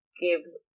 gives